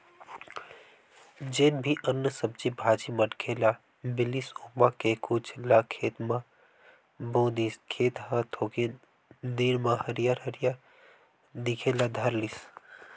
जेन भी अन्न, सब्जी भाजी मनखे ल मिलिस ओमा के कुछ ल खेत म बो दिस, खेत ह थोकिन दिन म हरियर हरियर दिखे ल धर लिस